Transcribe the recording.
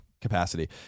capacity